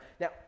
now